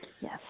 Yes